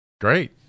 Great